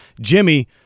Jimmy